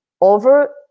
over